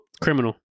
criminal